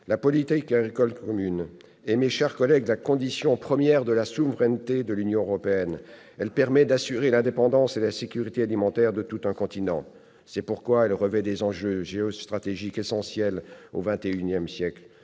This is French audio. La politique agricole commune est, mes chers collègues, la condition première de la souveraineté de l'Union européenne. Elle permet d'assurer l'indépendance et la sécurité alimentaires de tout un continent. C'est pourquoi elle revêt des enjeux géostratégiques essentiels au XXIsiècle.